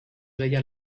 veia